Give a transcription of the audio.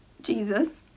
Jesus